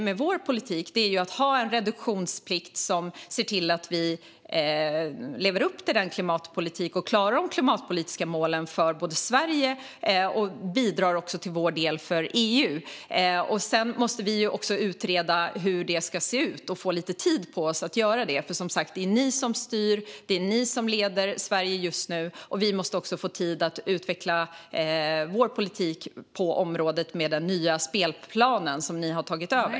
Med vår politik vill vi ha en reduktionsplikt som ser till att Sverige kan leva upp till och klara de klimatpolitiska målen i Sverige och bidra med vår del för att EU:s mål ska nås. Vi måste utreda hur det ska se ut och få lite tid på oss att göra det. Det är som sagt ni som styr och leder Sverige just nu. Vi måste få tid att utveckla vår politik på området med den nya spelplan som ni har tagit över.